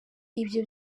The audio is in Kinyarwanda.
ibyo